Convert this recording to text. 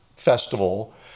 festival